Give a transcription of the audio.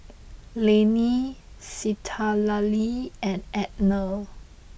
Lainey Citlalli and Ednah